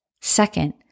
Second